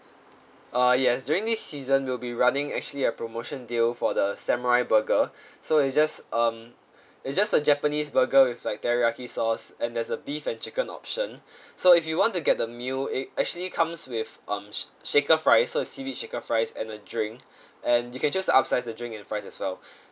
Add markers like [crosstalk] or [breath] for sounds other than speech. uh yes during this season we'll be running actually a promotion deal for the samurai burger [breath] so it's just um it's just a japanese burger with like teriyaki sauce and there's a beef and chicken option [breath] so if you want to get the meal it actually comes with um sha~ shaker fries so it's seaweed shaker fries and a drink [breath] and you can choose to upsize the drink and fries as well